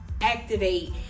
activate